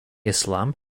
islam